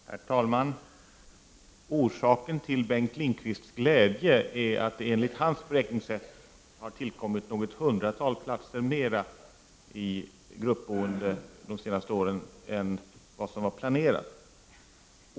Herr talman! Orsaken till Bengt Lindqvists glädje är att det under de senaste åren enligt hans beräkningssätt har tillkommit något hundratal fler platser inom gruppboendet än vad som var planerat.